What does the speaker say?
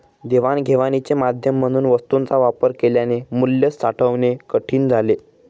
देवाणघेवाणीचे माध्यम म्हणून वस्तूंचा वापर केल्याने मूल्य साठवणे कठीण झाले